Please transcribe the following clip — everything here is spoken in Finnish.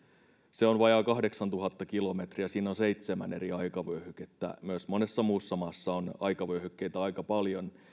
se on vajaa kahdeksantuhatta kilometriä ja siinä on seitsemän eri aikavyöhykettä myös monessa muussa maassa on aikavyöhykkeitä aika paljon